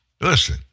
Listen